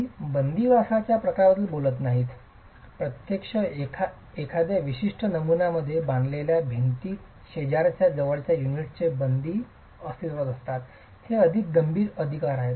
आम्ही बंदिवासच्या प्रकाराबद्दल बोलत नाही प्रत्यक्षात एखाद्या विशिष्ट नमुनामध्ये बांधलेल्या भिंतीत शेजारील जवळच्या युनिट्सचे बंदी अस्तित्वात असताना हे अधिक गंभीर अधिकार आहे